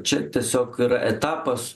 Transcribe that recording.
čia tiesiog yra etapas